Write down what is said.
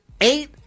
Eight